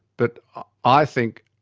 but i think